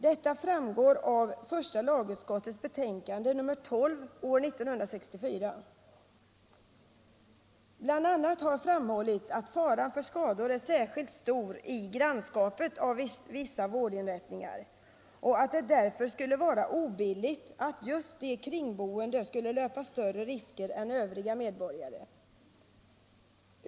Detta framgår av första lagutskottets betänkande nr 12 år 1964. Bl. a. har framhållits att faran för skador är särskilt stor i grannskapet av vissa vårdinrättningar och att det därför skulle vara obilligt att just de kringboende skulle löpa större risker än övriga medborgare.